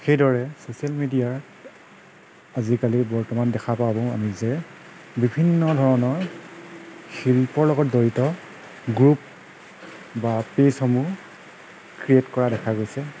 সেইদৰে চ'ছিয়েল মিডিয়াৰ আজিকালি বৰ্তমান দেখা পাওঁ বাৰু আমি যে বিভিন্ন ধৰণৰ শিল্পৰ লগত জড়িত গ্ৰুপ বা পেজসমূহ ক্ৰিয়েট কৰা দেখা গৈছে